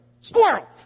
Squirrel